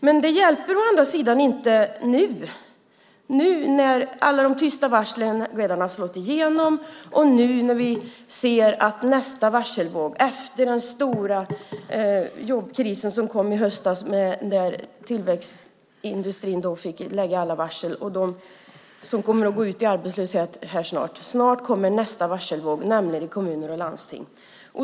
Men det hjälper å andra sidan inte nu när alla de tysta varslen redan har slagit igenom och vi nu ser nästa varselvåg. Den stora jobbkrisen kom i höstas när tillverkningsindustrin fick lägga alla varsel för dem som snart kommer att gå ut i arbetslöshet. Snart kommer nästa varselvåg i kommuner och landsting.